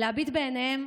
להביט בעיניהם,